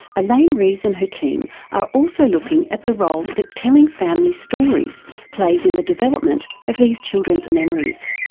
elaine reese and her team are also looking at the role that telling family stories plays in the development of these children's memories.